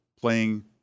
playing